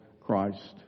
Christ